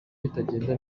bitagenda